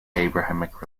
abrahamic